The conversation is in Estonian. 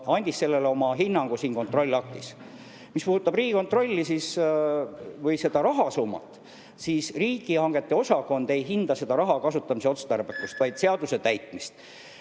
andis oma hinnangu siin kontrollaktis. Mis puudutab Riigikontrolli või seda rahasummat, siis riigihangete osakond ei hinda selle raha kasutamise otstarbekust, vaid seaduse täitmist.